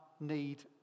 need